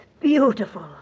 Beautiful